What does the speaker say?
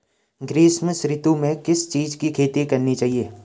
ग्रीष्म ऋतु में किस चीज़ की खेती करनी चाहिये?